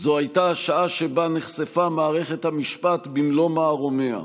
זאת הייתה השעה שבה נחשפה מערכת המשפט במלוא מערומיה.